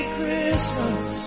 Christmas